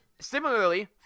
similarly